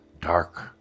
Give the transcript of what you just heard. dark